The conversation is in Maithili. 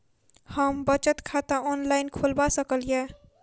हम बचत खाता ऑनलाइन खोलबा सकलिये?